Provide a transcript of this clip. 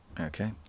Okay